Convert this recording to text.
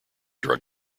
drug